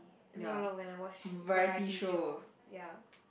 no no no when I watch variety show ya